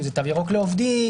תו ירוק לעובדים,